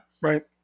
Right